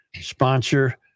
sponsor